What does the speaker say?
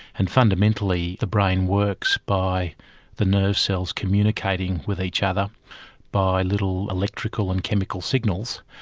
and fundamentally the brain works by the nerve cells communicating with each other by little electrical and chemical signals,